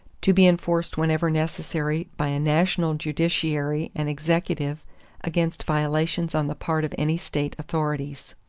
to be enforced whenever necessary by a national judiciary and executive against violations on the part of any state authorities.